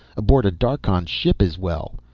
aboard a darkhan ship as well.